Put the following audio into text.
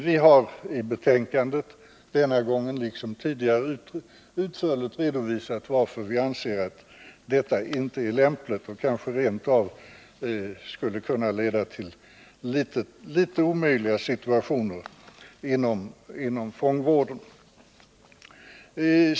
Vi har i betänkandet denna gång liksom tidigare utförligt redovisat varför vi anser att detta inte är lämpligt och framhållit att det kanske rent av skulle kunna leda till litet omöjliga situationer inom fångvården.